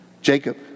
Jacob